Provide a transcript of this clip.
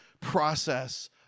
process